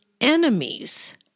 enemies